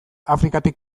afrikatik